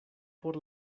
por